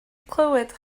clywed